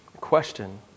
Question